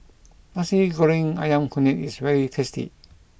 Nasi Goreng Ayam Kunyit is very tasty